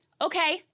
okay